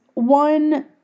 One